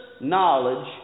knowledge